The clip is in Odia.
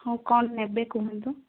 ହଁ କ'ଣ ନେବେ କୁହନ୍ତୁ